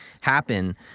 happen